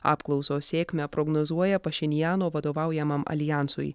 apklausos sėkmę prognozuoja pašinjano vadovaujamam aljansui